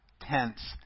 tense